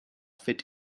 fit